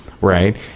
Right